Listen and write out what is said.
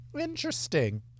interesting